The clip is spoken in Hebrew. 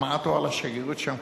הם עטו על השגרירות שם,